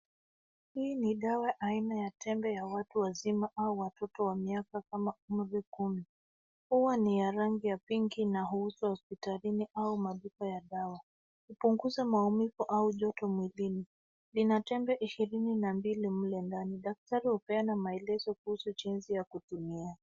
Hii ni dawa aina ya tembe ya watu wazima au watoto wa miaka kama umri kumi. Huwa ni ya rangi ya pink na huuzwa hospitalini au maduka ya dawa. Hupunguza maumivu au joto mwilini, lina tembe ishirini na mbili mle ndani. Daktari hupeana maelezo kuhusu jinsi ya kutumia.